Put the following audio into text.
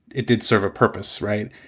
it did serve a purpose. right.